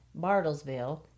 Bartlesville